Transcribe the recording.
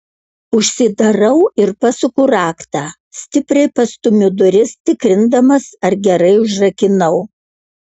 užsidarau ir pasuku raktą stipriai pastumiu duris tikrindamas ar gerai užrakinau